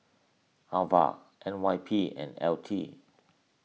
Ava N Y P and L T